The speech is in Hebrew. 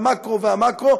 המקרו והמקרו,